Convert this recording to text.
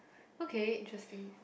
okay interesting